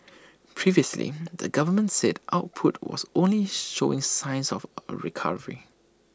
previously the government said output was only showing signs of A recovery